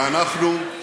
ואנחנו,